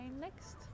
next